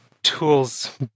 tools